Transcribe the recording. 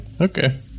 okay